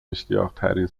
اشتیاقترین